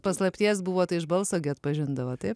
paslapties buvo tai iš balso gi atpažindavo taip